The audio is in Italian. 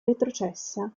retrocessa